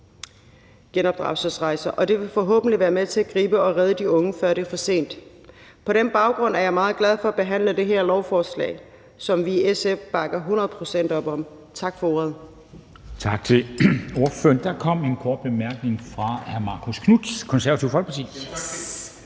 genopdragelsesrejser, og det vil forhåbentlig være med til at gribe og redde de unge, før det er for sent. På den baggrund er jeg meget glad for at behandle det her lovforslag, som vi i SF bakker hundrede procent op om. Tak for ordet.